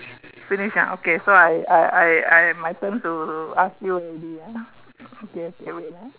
finish ah okay so I I I I my turn to ask you already ah okay okay wait ah